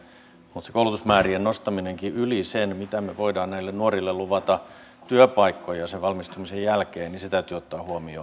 mutta se koulutusmäärien nostaminenkin yli sen mitä me voimme näille nuorille luvata työpaikkoja sen valmistumisen jälkeen täytyy ottaa huomioon